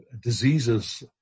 diseases